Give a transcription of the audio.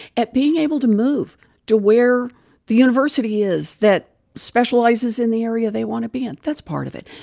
at being able to move to where the university is that specializes in the area they want to be in. that's part of it.